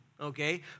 okay